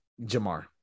Jamar